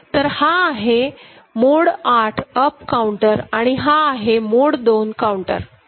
तर हा आहे मोड 8 अपकाउंटर आणि हा आहे मोड 2 काऊंटर ठीक